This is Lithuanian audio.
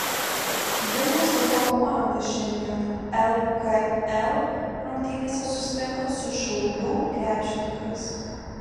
vilniaus ryto komanda šiandien lkl rungtynėse susitinka su šiaulių krepšininkais